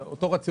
זה אותו רציונל.